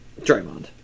Draymond